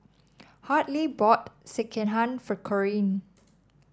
Hartley bought Sekihan for Corine